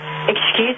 Excuse